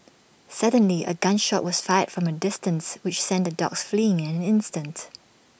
suddenly A gun shot was fired from A distance which sent the dogs fleeing in an instant